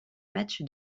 match